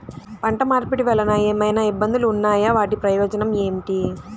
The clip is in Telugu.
పంట మార్పిడి వలన ఏమయినా ఇబ్బందులు ఉన్నాయా వాటి ప్రయోజనం ఏంటి?